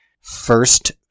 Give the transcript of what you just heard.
first